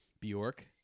Bjork